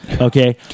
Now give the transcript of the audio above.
Okay